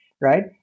right